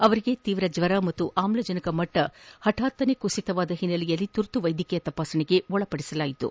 ಅವರಿಗೆ ತೀವ್ರ ಜ್ವರ ಮತ್ತು ಆಮ್ಲಜನಕ ಮಟ್ಟ ಹಠಾತ್ತನೆ ಕುಸಿತವಾದ ಹಿನ್ನೆಲೆಯಲ್ಲಿ ತುರ್ತು ವೈದ್ಯಕೀಯ ತಪಾಸಣೆಗೆ ಒಳಪಡಿಸಲಾಯಿತು